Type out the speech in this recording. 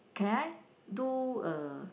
can I do a